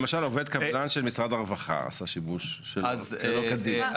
למשל עובד קבלן של משרד הרווחה עשה שימוש שלא כדין.